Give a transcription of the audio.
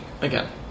again